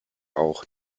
auch